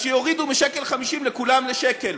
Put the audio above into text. אז שיורידו מ-1.50 שקל לכולם לשקל.